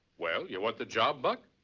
well, you want the job, buck?